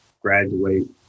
graduate